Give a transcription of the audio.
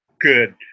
good